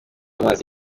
amazi